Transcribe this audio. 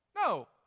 No